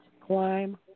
climb